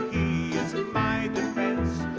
he is ah my defense,